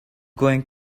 going